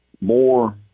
more